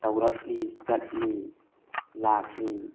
ꯇꯧꯔꯛꯂꯤ ꯆꯠꯂꯤ ꯂꯥꯛꯂꯤ